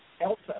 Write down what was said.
Elsa